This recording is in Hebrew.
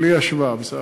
בלי השוואה, בסדר?